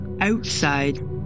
outside